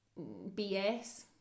BS